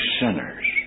sinners